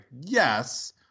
yes –